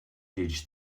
речь